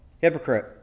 Hypocrite